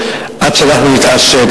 עד שאנחנו נתעשת,